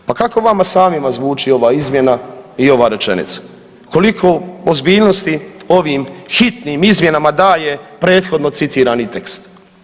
H, pa kako vama samima zvuči ova izmjena i ova rečenica, koliko ozbiljnosti ovim hitnim izmjenama daje prethodno citirani tekst?